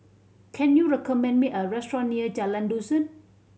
can you recommend me a restaurant near Jalan Dusun